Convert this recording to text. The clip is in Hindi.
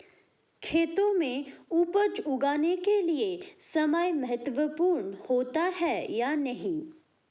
खेतों में उपज उगाने के लिये समय महत्वपूर्ण होता है या नहीं?